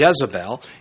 Jezebel